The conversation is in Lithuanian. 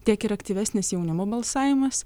tiek ir aktyvesnis jaunimo balsavimas